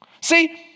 See